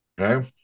Okay